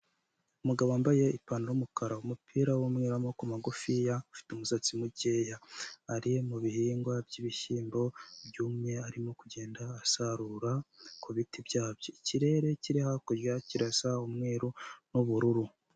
Umugabo wambaye ipantaro y'umukara, umupira w'umweru w'amaboko magufiya, ufite umusatsi mukeya. Ari mu bihingwa byibishyimbo byumye arimo kugenda asarura ku biti byabyo. Ikirere kiri hakurya kirasa umweru n'ubururu.